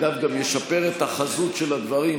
אגב, זה גם ישפר את החזות של הדברים.